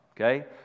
Okay